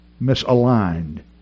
misaligned